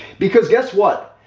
because guess what,